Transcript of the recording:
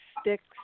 sticks